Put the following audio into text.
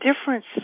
difference